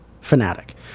fanatic